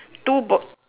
two bo~